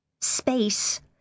Space